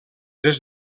des